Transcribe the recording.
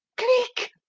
cleek?